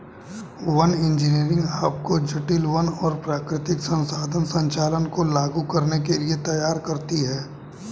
one engineering आपको जटिल वन और प्राकृतिक संसाधन संचालन को लागू करने के लिए तैयार करती है